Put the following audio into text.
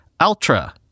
Ultra